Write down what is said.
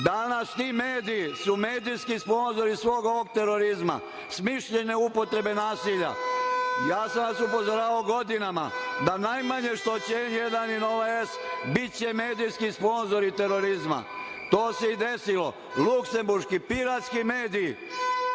Danas ti mediji su medijski sponzori svog ovog terorizma, smišljene upotrebe nasilja. Upozoravao sam vas godinama da najmanje što će N1 i Nova S biti, biće medijski sponzori terorizma. To se i desilo. Luksemburški piratski mediji